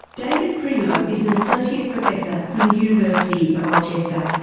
david primo is an associate professor from the university of rochester,